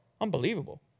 Unbelievable